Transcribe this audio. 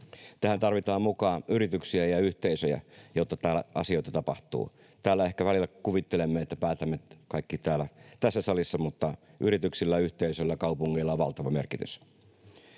Tähän tarvitaan mukaan yrityksiä ja yhteisöjä, jotta täällä tapahtuu asioita. Täällä ehkä välillä kuvittelemme, että päätämme kaiken tässä salissa, mutta yrityksillä, yhteisöillä ja kaupungeilla on valtava merkitys.